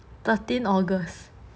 thirteen august